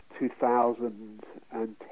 2,010